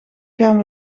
gaan